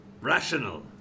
Rational